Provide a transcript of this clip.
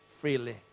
freely